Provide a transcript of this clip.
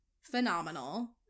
phenomenal